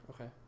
Okay